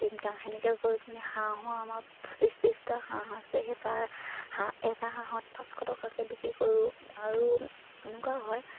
তিনিটা সেনেকৈ কৰি মানে হাঁহো আমাৰ পঁচিছ ত্ৰিছটা হাঁহ আছে সেই তাৰ হাঁহ এটা হাঁহত পাঁচশ টকাকৈ বিক্ৰী কৰোঁ আৰু এনেকুৱা হয়